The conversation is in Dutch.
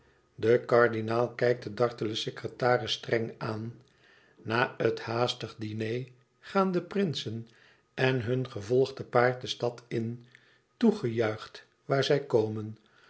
de kardinaal kijkt den dartelen secretaris streng aan na het haastig diner gaan de prinsen en hun gevolg te paard de stad in toegejuicht waar zij komen